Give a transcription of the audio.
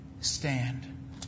stand